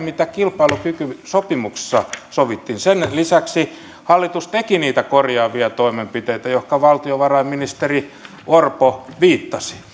mitä kilpailukykysopimuksessa sovittiin sen lisäksi hallitus teki niitä korjaavia toimenpiteitä joihin valtiovarainministeri orpo viittasi